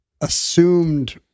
assumed